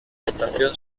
estación